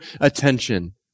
attention